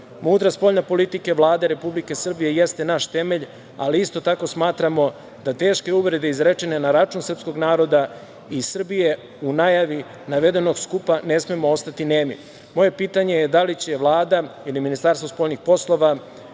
Mudra spoljna politika Vlade Republike Srbije jeste naš temelj, ali isto tako smatramo da na teške uvrede izrečene na račun srpskog naroda i Srbije u najavi navedenog skupa ne smemo ostati nemi. Moje pitanje je da li će Vlada ili Ministarstvo spoljnih poslova